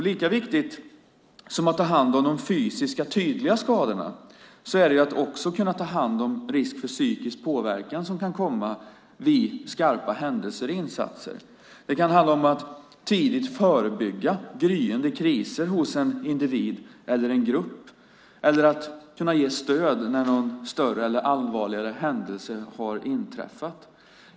Lika viktigt som att ta hand om de fysiska, tydliga skadorna är det att kunna ta hand om den risk för psykisk påverkan som kan uppstå vid skarpa händelser i insatser. Det kan handla om att tidigt förebygga gryende kriser hos en individ eller grupp eller att kunna ge stöd när någon större, allvarligare händelse har inträffat.